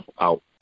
out